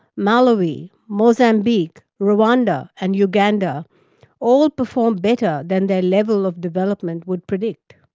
malawi, mozambique, rwanda, and uganda all perform better than their level of development would predict.